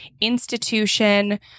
institution